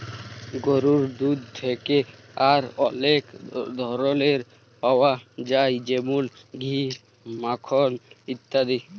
গরুর দুহুদ থ্যাকে আর অলেক ধরলের পাউয়া যায় যেমল ঘি, মাখল ইত্যাদি